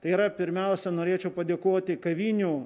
tai yra pirmiausia norėčiau padėkoti kavinių